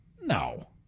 No